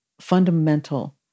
fundamental